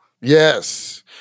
Yes